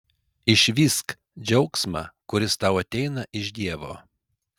išvysk džiaugsmą kuris tau ateina iš dievo